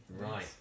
Right